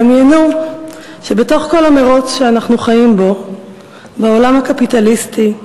דמיינו שבתוך כל המירוץ שאנחנו חיים בו בעולם הקפיטליסטי,